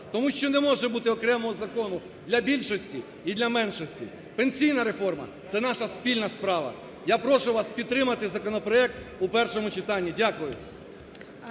тому що не може окремого закону для більшості і для меншості. Пенсійна реформа – це наша спільна справа. Я прошу вас підтримати законопроект у першому читанні. Дякую.